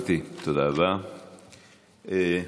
תודה רבה, גברתי.